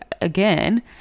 again